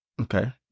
Okay